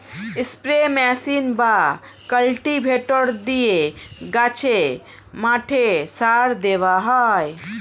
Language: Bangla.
স্প্রে মেশিন বা কাল্টিভেটর দিয়ে গাছে, মাঠে সার দেওয়া হয়